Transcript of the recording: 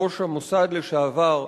ראש המוסד לשעבר,